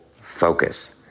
focus